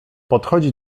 podchodzi